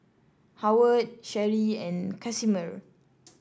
Howard Sherie and Casimer